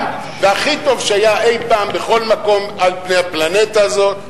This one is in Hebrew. והכי טוב שהיה פעם בכל מקום על פני הפלנטה הזאת.